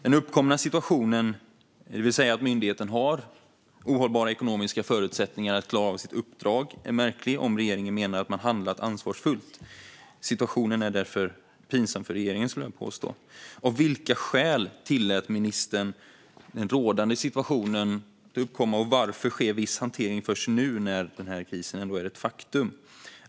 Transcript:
Den uppkomna situationen, det vill säga att myndigheten har ohållbara ekonomiska förutsättningar att klara sitt uppdrag, är märklig om regeringen menar att man handlat ansvarsfullt. Situationen är därför pinsam för regeringen, skulle jag vilja påstå. Av vilka skäl tillät ministern den rådande situationen att uppkomma? Och varför sker viss hantering först nu när krisen är ett faktum?